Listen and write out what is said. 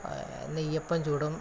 നെയ്യപ്പം ചുടും പിന്നെ